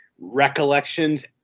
recollections